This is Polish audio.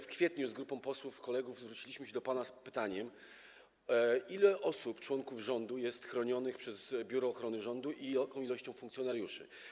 W kwietniu z grupą kolegów posłów zwróciliśmy się do pana z pytaniem, ile osób, ilu członków rządu jest chronionych przez Biuro Ochrony Rządu i przez jaką liczbę funkcjonariuszy.